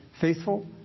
faithful